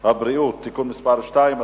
הבריאות (תיקון מס' 2),